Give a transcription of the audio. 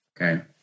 Okay